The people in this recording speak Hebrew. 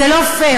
זה לא פייר,